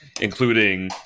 including